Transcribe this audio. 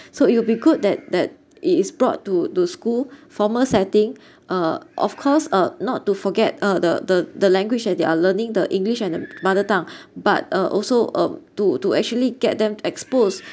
so it will be good that that it is brought to to school formal setting uh of course uh not to forget uh the the the language that they are learning the english and the mother tongue but uh also um to to actually get them exposed